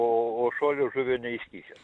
o o šuo liežuvio neiškišęs